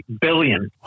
billion